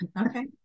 okay